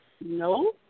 no